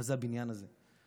מה זה הבניין הזה.